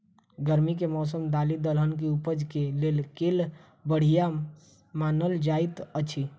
गर्मी केँ मौसम दालि दलहन केँ उपज केँ लेल केल बढ़िया मानल जाइत अछि?